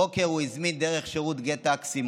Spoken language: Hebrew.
הבוקר הוא הזמין מונית דרך שירות גט טקסי.